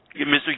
Mr